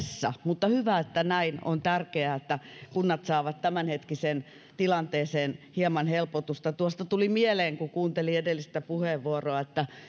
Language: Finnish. mutta hyvä että näin on tärkeää että kunnat saavat tämänhetkiseen tilanteeseen hieman helpotusta tuossa tuli mieleen kun kuuntelin edellistä puheenvuoroa että